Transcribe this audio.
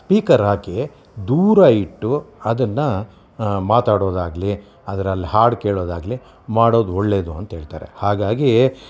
speaker ಹಾಕಿ ದೂರ ಇಟ್ಟು ಅದನ್ನು ಮಾತಾಡೊದಾಗಲಿ ಅದ್ರಲ್ಲಿ ಹಾಡು ಕೇಳೋದಾಗಲಿ ಮಾಡೋದು ಒಳ್ಳೆಯದು ಅಂತ ಹೇಳ್ತಾರೆ ಹಾಗಾಗಿ